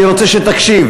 אני רוצה שתקשיב,